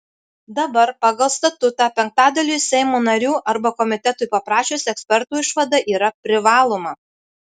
dabar pagal statutą penktadaliui seimo narių arba komitetui paprašius ekspertų išvada yra privaloma